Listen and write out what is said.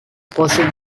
cosy